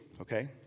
okay